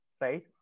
right